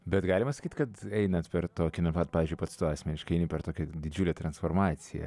bet galima sakyt kad einat per tokį nu vat pavyzdžiui pats tu asmeniškai eini per tokią didžiulę transformaciją